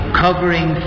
covering